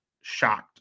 shocked